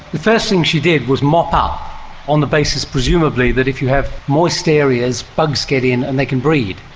first thing she did was mop up on the basis presumably that if you have moist areas, bugs get in and they can breed.